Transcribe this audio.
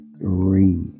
three